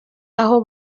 aho